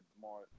more